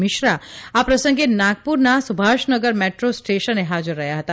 મિશ્રા આ પ્રસંગે નાગપુરના સુભાષનગર મેટ્રો સ્ટેશને હાજર રહ્યા હતા